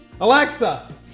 Alexa